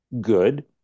good